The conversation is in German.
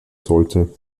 sollte